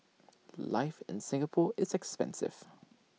life in Singapore is expensive